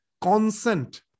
consent